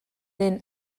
den